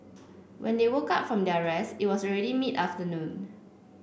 when they woke up from their rest it was already mid afternoon